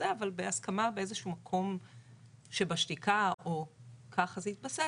אבל בהסכמה באיזשהו מקום שבשתיקה או ככה זה התבסס,